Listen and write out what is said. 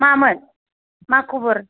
मामोन मा खबर